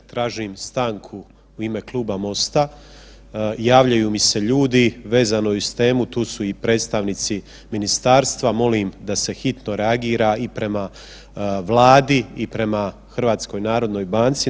Tražim stanku u ime kluba MOST-a, javljaju mi se ljudi vezano uz temu, tu su i predstavnici ministarstva molim da se hitno reagira i prema Vladi i prema HNB-u.